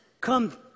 come